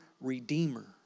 Redeemer